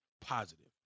positive